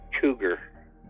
cougar